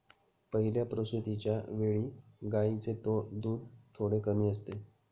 पहिल्या प्रसूतिच्या वेळी गायींचे दूध थोडे कमी असते